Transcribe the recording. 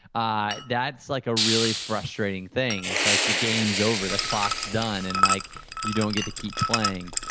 ah that's like a really frustrating thing. it's like the game's over, the clock's done and like you don't get to keep playing.